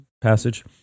passage